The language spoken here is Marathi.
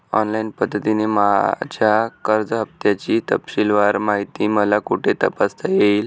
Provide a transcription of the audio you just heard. ऑनलाईन पद्धतीने माझ्या कर्ज हफ्त्याची तपशीलवार माहिती मला कुठे तपासता येईल?